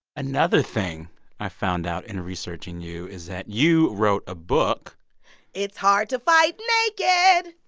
another thing i found out in researching you is that you wrote a book it's hard to fight naked.